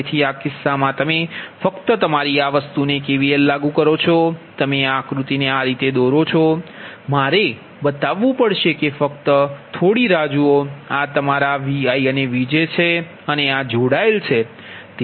તેથી આ કિસ્સામાં તમે ફક્ત તમારી આ વસ્તુને KVL લાગુ કરો છો તમે આ આકૃતિને આ રીતે દોરો મારે બતાવવું પડશે કે ફક્ત થોડી રાહ જુઓ આ તમારા ViVj છે અને આ જોડાયેલ છે